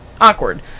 awkward